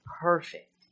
perfect